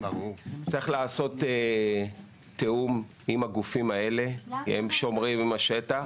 צריך לעשות תיאום עם הגופים האלה כי הם שומרים עם השטח.